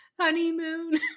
honeymoon